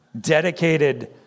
dedicated